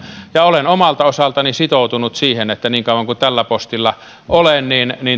olen omalta osaltani sitoutunut siihen että niin kauan kuin tällä postilla olen